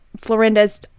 Florinda's